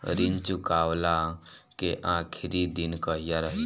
ऋण चुकव्ला के आखिरी दिन कहिया रही?